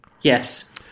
Yes